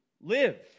Live